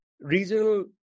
regional